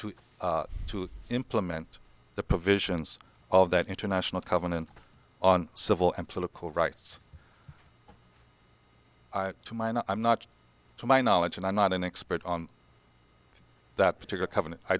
right to implement the provisions of that international covenant on civil and political rights to mine and i'm not to my knowledge and i'm not an expert on that particular covenant i